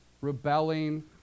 rebelling